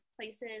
places